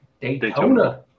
Daytona